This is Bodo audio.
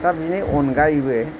दा बिनि अनगायैबो